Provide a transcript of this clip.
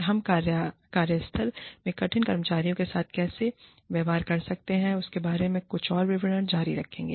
हम कार्यस्थल में कठिन कर्मचारियों के साथ कैसे व्यवहार कर सकते हैं इसके बारे में कुछ और विवरण जारी रखेंगे